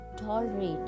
tolerate